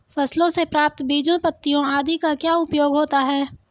फसलों से प्राप्त बीजों पत्तियों आदि का क्या उपयोग होता है?